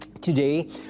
Today